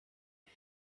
and